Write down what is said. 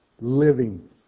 living